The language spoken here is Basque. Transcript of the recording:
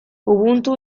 ubuntu